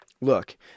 look